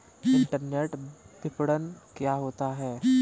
Internet विपणन क्या होता है?